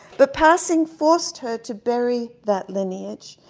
the passing forced her to bury that lineage.